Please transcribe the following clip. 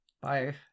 Bye